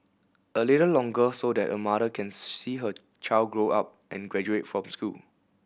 a little longer so that a mother can see her child grow up and graduate from school